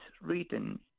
written